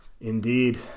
indeed